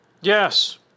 Yes